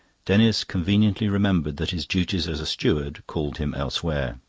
denis conveniently remembered that his duties as a steward called him elsewhere.